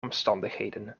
omstandigheden